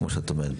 כמו שאת אומרת,